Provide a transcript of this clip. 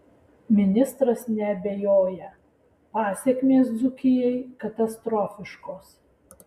ministras neabejoja pasekmės dzūkijai katastrofiškos